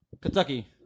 Kentucky